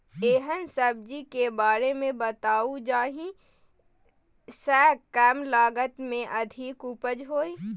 एहन सब्जी के बारे मे बताऊ जाहि सॅ कम लागत मे अधिक उपज होय?